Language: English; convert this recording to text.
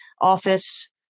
office